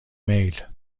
میل